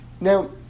now